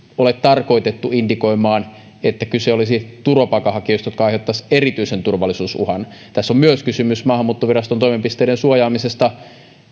ole tarkoitettu indikoimaan että kyse olisi turvapaikanhakijoista jotka aiheuttaisivat erityisen turvallisuusuhan tässä on myös kysymys maahanmuuttoviraston toimipisteiden suojaamisesta